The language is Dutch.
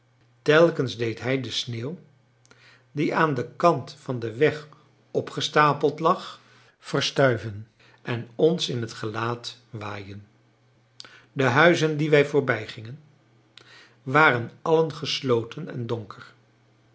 telkens deed hij de sneeuw die aan den kant van den weg opgestapeld lag verstuiven en ons in het gelaat waaien de huizen die wij voorbijgingen waren allen gesloten en donker